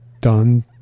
done